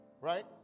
Right